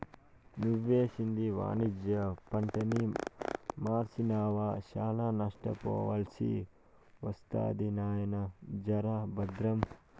నువ్వేసింది వాణిజ్య పంటని మర్సినావా, శానా నష్టపోవాల్సి ఒస్తది నాయినా, జర బద్రం